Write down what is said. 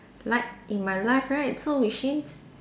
like in my life right so which means